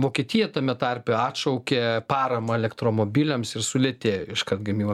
vokietija tame tarpe atšaukė paramą elektromobiliams ir sulėtėjo iškart gamyba